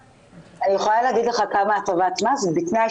אני יכולה להגיד לך כמה הטבת מס בתנאי